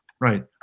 Right